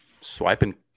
swiping